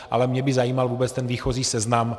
Ale mě by zajímal vůbec ten výchozí seznam.